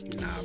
nah